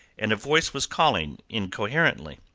and a voice was calling incoherently.